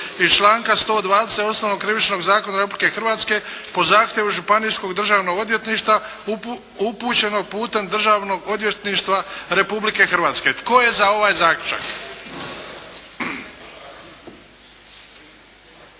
iz članka 120. Osnovnog krivičnog zakona Republike Hrvatske po zahtjevu Županijskog državnog odvjetništva upućenog putem Državnog odvjetništva Republike Hrvatske. Tko je za ovaj zaključak?